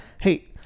hey